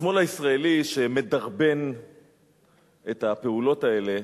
השמאל הישראלי, שמדרבן את הפעולות האלה,